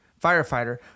firefighter